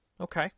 Okay